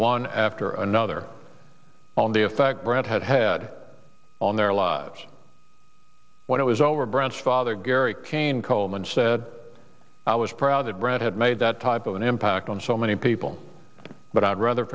one after another on the effect brett had head on their lives when it was over brown's father gary kain coleman said i was proud that brett had made that type of an impact on so many people but i would rather